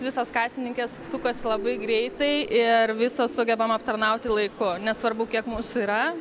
visos kasininkės sukasi labai greitai ir visos sugebam aptarnauti laiku nesvarbu kiek mūsų yra